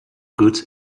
good